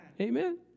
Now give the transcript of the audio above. Amen